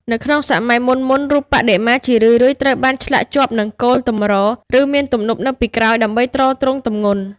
នៅក្នុងសម័យមុនៗ រូបបដិមាជារឿយៗត្រូវបានឆ្លាក់ជាប់នឹងគោលទម្រ ឬមានទំនប់នៅពីក្រោយ ដើម្បីទ្រទ្រង់ទម្ងន់។